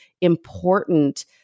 important